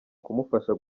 kumufasha